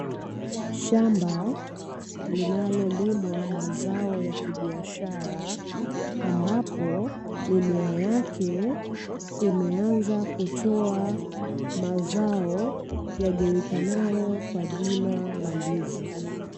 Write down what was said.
Shamba linalolimwa mazao ya kibiashara, ambapo mimea yake imeanza kutoa mazao yajulikanayo kwa jina la ndizi.